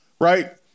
right